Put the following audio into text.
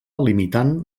limitant